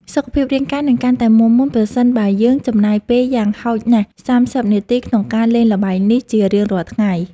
សុខភាពរាងកាយនឹងកាន់តែមាំមួនប្រសិនបើយើងចំណាយពេលយ៉ាងហោចណាស់សាមសិបនាទីក្នុងការលេងល្បែងនេះជារៀងរាល់ថ្ងៃ។